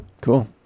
Cool